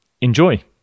enjoy